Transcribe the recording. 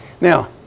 Now